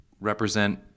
represent